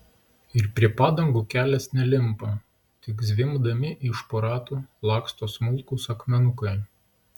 ir prie padangų kelias nelimpa tik zvimbdami iš po ratų laksto smulkūs akmenukai